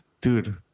dude